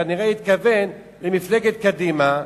כנראה התכוון למפלגת קדימה,